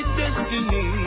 destiny